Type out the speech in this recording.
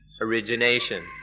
origination